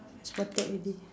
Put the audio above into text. spotted already